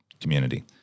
community